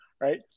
right